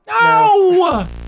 No